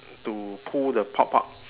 to pull the pop up